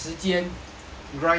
grind 到